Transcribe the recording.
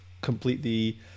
completely